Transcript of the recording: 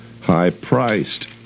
High-priced